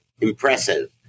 impressive